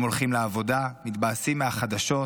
הם הולכים לעבודה, מתבאסים מהחדשות,